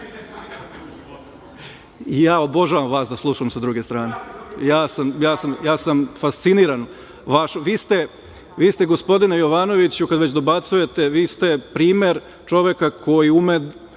obožavam vas da slušam sa druge strane. Fasciniran sam. Vi ste, gospodine Jovanoviću, kada već dobacujete, vi ste primer čoveka koji ume